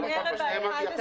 מאז ערב 11 במרץ.